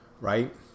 Right